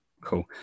cool